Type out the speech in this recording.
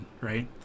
right